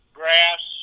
grass